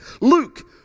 Luke